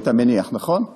התפקידים, אתה מניח, נכון?